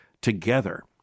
together